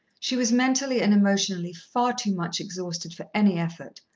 she was mentally and emotionally far too much exhausted for any effort,